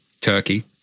Turkey